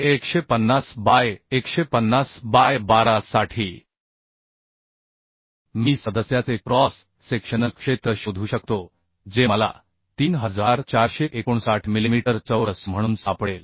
150 by 150 by 12 साठी मी सदस्याचे क्रॉस सेक्शनल क्षेत्र शोधू शकतो जे मला 3459 मिलिमीटर चौरस म्हणून सापडेल